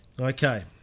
Okay